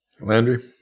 Landry